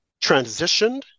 transitioned